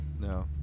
No